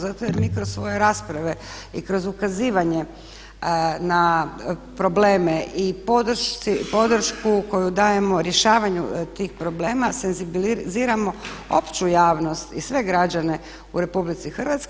Zato jer mi kroz svoje rasprave i kroz ukazivanje na probleme i podršku koju dajemo rješavanju tih problema senzibiliziramo opću javnost i sve građane u RH.